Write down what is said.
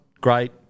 great